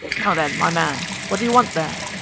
now then, my man, what do you want there?